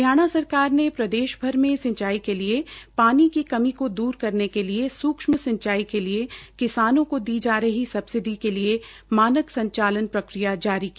हरियाणा सरकार ने प्रदेशभर में सिंचाई के लिए पानी कमी को दूर करने के लिए सूक्ष्म सिंचाई के लिए किसानों को दी जा रही सबसिडी के लिए मानक संचालन प्रक्रिया जारी की